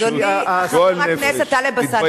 אדוני חבר הכנסת טלב אלסאנע,